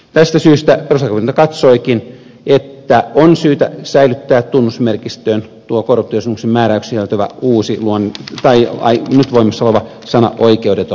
tästä syystä perustuslakivaliokunta katsoikin että on syytä säilyttää tunnusmerkistössä tuo korotus määräksi on tämä uusi luonut päivi ait nyt voimassa oleva sana oikeudeton